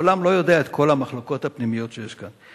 העולם לא יודע את כל המחלוקות הפנימיות שיש כאן,